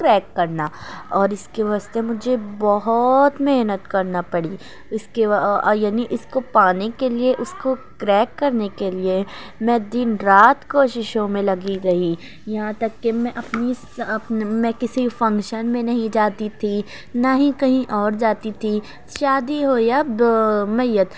crack کرنا اور اس کے واستے مجھے بہت محنت کرنا پڑی اس کے یعنی اس کو پانے کے لیے اس کو کریک کرنے کے لیے میں دن رات کوششوں میں لگی رہی یہاں تک کہ میں اپنی میں کسی فنکشن میں نہیں جاتی تھی نہ ہی کہیں اور جاتی تھی شادی ہو یا بیو میت